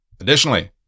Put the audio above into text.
Additionally